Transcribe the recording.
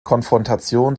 konfrontation